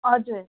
हजुर